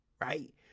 Right